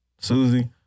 Susie